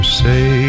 say